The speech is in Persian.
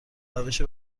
روش